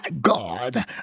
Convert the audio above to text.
God